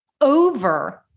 over